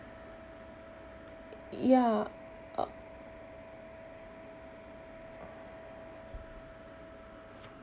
ya uh